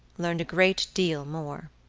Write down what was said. learned a great deal more.